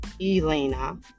Elena